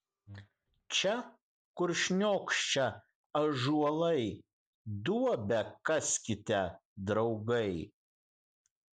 čia kur šniokščia ąžuolai duobę kaskite draugai